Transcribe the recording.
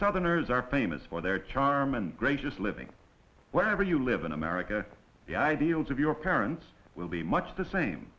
southerners are famous for their charm and gracious living wherever you live in america the ideals of your parents will be much the same